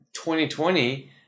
2020